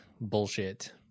bullshit